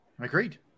Agreed